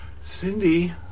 Cindy